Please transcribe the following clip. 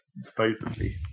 Supposedly